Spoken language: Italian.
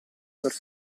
per